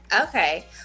Okay